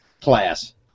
class